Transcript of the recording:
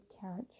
carriage